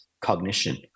cognition